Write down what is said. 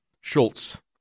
Schultz